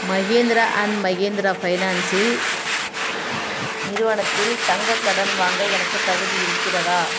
Mahindra and Mahindra financial நிறுவனத்தில் தங்கக் கடன் வாங்க எனக்குத் தகுதி இருக்கிறதா